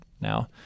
now